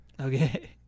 Okay